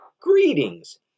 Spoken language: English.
greetings